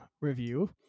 review